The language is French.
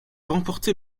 remporté